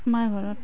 আমাৰ ঘৰত